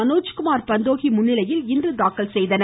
மனோஜ்குமார் பந்தோகி முன்னிலையில் இன்று தாக்கல் செய்தனர்